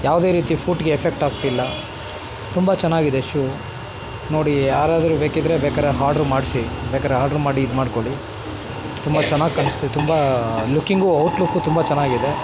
ಯಾವುದೇ ರೀತಿ ಫೂಟ್ಗೆ ಎಫೆಕ್ಟ್ ಆಗ್ತಿಲ್ಲ ತುಂಬ ಚೆನ್ನಾಗಿದೆ ಶೂ ನೋಡಿ ಯಾರಾದರೂ ಬೇಕಿದ್ದರೆ ಬೇಕಾರೆ ಹಾಡ್ರು ಮಾಡಿಸಿ ಬೇಕಾರೆ ಆಡ್ರು ಮಾಡಿ ಇದು ಮಾಡಿಕೊಳ್ಳಿ ತುಂಬ ಚೆನ್ನಾಗ್ ಕಾಣಿಸ್ತು ತುಂಬ ಲುಕ್ಕಿಂಗೂ ಔಟ್ ಲುಕ್ಕು ತುಂಬ ಚೆನ್ನಾಗಿದೆ